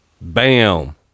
Bam